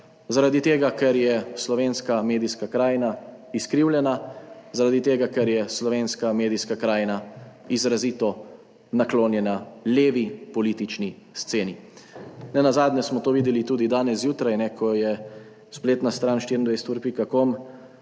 zaradi tega ker je slovenska medijska krajina izkrivljena, zaradi tega ker je slovenska medijska krajina izrazito naklonjena levi politični sceni. Nenazadnje smo to videli tudi danes zjutraj, ko je spletna stran 24ur.com